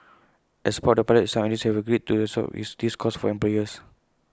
as part of the pilot some agencies have agreed to absorb this cost for employers